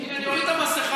הינה, אני אוריד את המסכה.